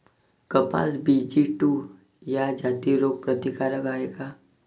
कपास BG two ह्या जाती रोग प्रतिकारक हाये का?